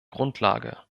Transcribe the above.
grundlage